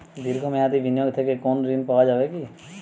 দীর্ঘ মেয়াদি বিনিয়োগ থেকে কোনো ঋন পাওয়া যাবে কী?